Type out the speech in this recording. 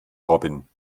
robin